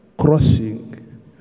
crossing